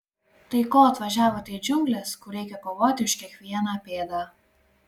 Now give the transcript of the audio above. tai ko atvažiavote į džiungles kur reikia kovoti už kiekvieną pėdą